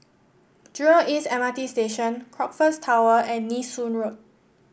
Jurong East M R T Station Crockfords Tower and Nee Soon Road